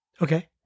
Okay